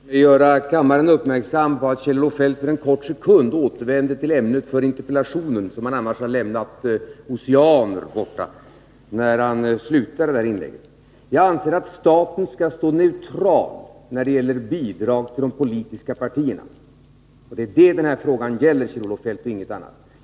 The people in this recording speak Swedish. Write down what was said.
Herr talman! Låt mig göra kammaren uppmärksam på att Kjell-Olof Feldt för en kort sekund återvände till ämnet för interpellationen, som han annars hade lämnat på oceaners avstånd när han slutade sitt inlägg. Jag anser att staten skall stå neutral när det gäller bidrag till de politiska partierna. Det är det den här frågan gäller, Kjell-Olof Feldt, och inget annat.